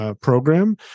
program